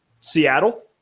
Seattle